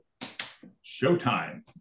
showtime